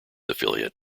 affiliate